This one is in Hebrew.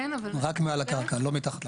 רקק מעל הקרקע, לא מתחת.